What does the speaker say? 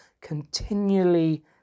continually